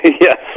Yes